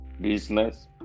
business